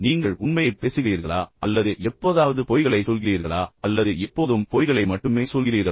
நீங்கள் உண்மையைப் பேசுகிறீர்களா அல்லது எப்போதாவது பொய்களைச் சொல்கிறீர்களா அல்லது எப்போதும் பொய்களை மட்டுமே சொல்கிறீர்களா